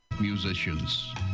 musicians